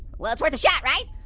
well, it's worth a shot, right?